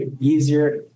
easier